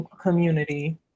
community